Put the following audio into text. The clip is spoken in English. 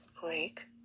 break